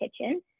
kitchen